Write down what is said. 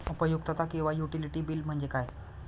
उपयुक्तता किंवा utility bill म्हणजे काय?